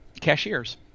cashiers